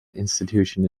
institution